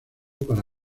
para